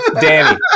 Danny